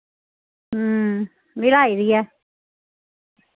मैं लाई दी ऐ